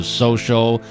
social